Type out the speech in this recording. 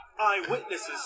Eyewitnesses